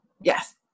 Yes